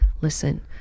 listen